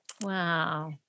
Wow